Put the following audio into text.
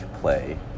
play